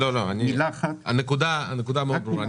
לא, הנקודה מאוד ברורה.